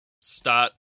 start